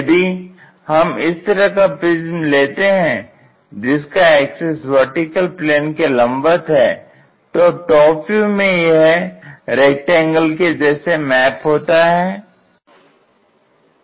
यदि हम इस तरह का प्रिज्म लेते हैं जिसका एक्सिस वर्टिकल प्लेन के लंबवत है तो टॉप व्यू में यह रेक्टेंगल के जैसे मैप होता है और फ्रंट व्यू में भी यह एक रेक्टेंगल के जैसे मैप होता है